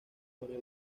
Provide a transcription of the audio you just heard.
jorge